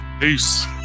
Peace